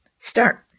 start